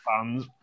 fans